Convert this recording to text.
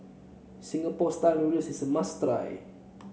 Singapore style noodles is a must try